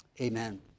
amen